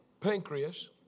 pancreas